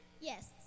Yes